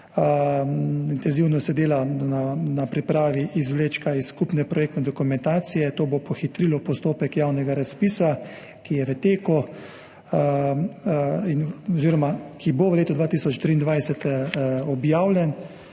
Intenzivno se dela na pripravi izvlečka iz skupne projektne dokumentacije. To bo pohitrilo postopek javnega razpisa, ki je v teku oziroma ki bo v letu 2023 objavljen,